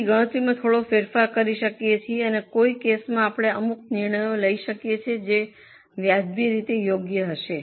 તેથી અમે ગણતરીમાં થોડો ફેરફાર કરી શકીએ છીએ અને કોઈ કેસમાં આપણે અમુક નિર્ણયો લઈ શકીએ છીએ જે વ્યાજબી રીતે યોગ્ય હશે